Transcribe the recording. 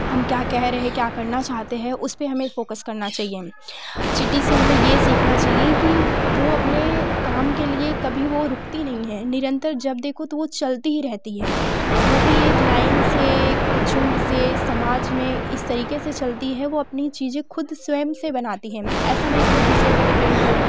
हम क्या कह रहे क्या करना चाहते हैं उसपे हमें फोकस करना चाहिए चींटी से हमें ये सीखना चाहिए कि वो अपने काम के लिए कभी वो रूकती नहीं निरंतर जब देखो तो वो चलती ही रहती है वो भी एक लाइन से एक झुण्ड से समाज में इस तरीके से चलती है वो अपनी चीज़ें खुद स्वयं से बनाती है ऐसा नहीं कि वो दूसरे पे डिपेंड हो